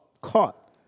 Caught